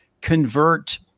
convert